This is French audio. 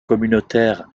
communautaires